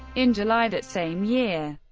in july that same year,